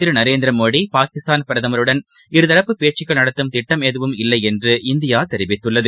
திருநரேந்திரமோடி பாகிஸ்தான் பிரதமருடன் இருதரப்பு பேச்சுக்கள் நடத்தும் திட்டம் எதுவும் இல்லைஎன்று இந்தியாதெரிவித்துள்ளது